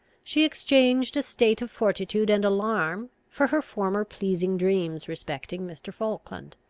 she exchanged a state of fortitude and alarm for her former pleasing dreams respecting mr. falkland.